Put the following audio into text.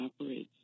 operates